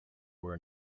were